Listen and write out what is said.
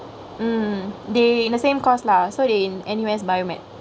mm they in the same course lah so they in N_U_S biomed